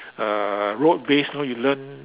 uh rote based oh you learn